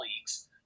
colleagues